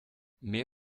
mehr